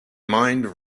mind